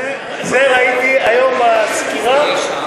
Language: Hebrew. את זה ראיתי היום בסקירה.